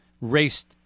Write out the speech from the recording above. raced